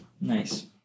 Nice